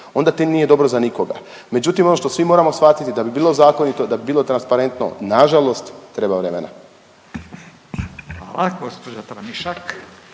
onda to nije dobro za nikoga. Međutim ono što svi moramo svatiti da bi bilo zakonito, da bi bilo transparentno nažalost treba vremena. **Radin, Furio